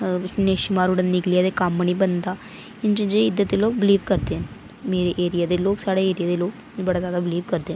जां पिच्छूं निच्छ मारूड़ै निकलै ते कम्म नं बनदा जेह्ड़े इद्धर दे लोक बिलीव करदे मेरे एरिया दे लोक बड़ा जादा बिलीव करदे